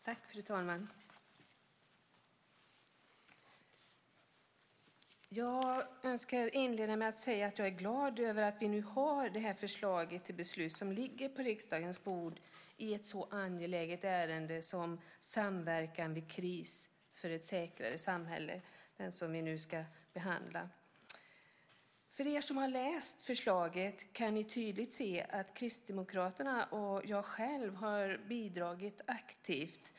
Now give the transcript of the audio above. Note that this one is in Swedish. Fru talman! Jag önskar inleda med att säga att jag är glad över att vi har det förslag till beslut som nu ligger på riksdagens bord i ett så angeläget ärende som samverkan vid kris för ett säkrare samhälle. Det ska vi alltså nu behandla. Ni som har läst förslaget kan tydligt se att Kristdemokraterna och jag själv har bidragit aktivt.